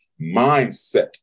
mindset